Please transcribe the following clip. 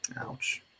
Ouch